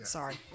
Sorry